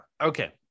Okay